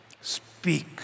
Speak